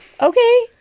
okay